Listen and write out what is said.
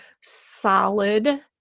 solid